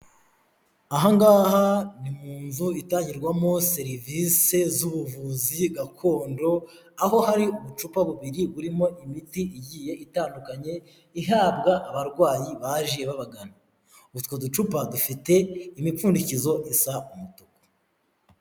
Aha ngaha ni mu nzu itangirwamo serivise z'ubuvuzi gakondo, aho hari ubucupa bubiri burimo imiti igiye itandukanye, ihabwa abarwayi baje babagana. Utwo ducupa dufite imipfundikizo isa umutuku.